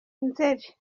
nzeri